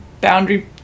boundary